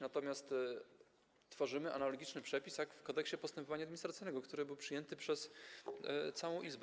Natomiast tworzymy analogiczny przepis do przepisu w Kodeksie postępowania administracyjnego, który był przyjęty przez całą Izbę.